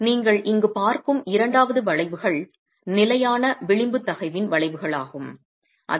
நீங்கள் இங்கு பார்க்கும் இரண்டாவது வளைவுகள் நிலையான விளிம்பு தகைவின் வளைவுகளாகும் அதாவது